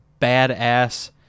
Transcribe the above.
badass